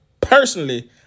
personally